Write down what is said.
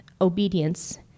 obedience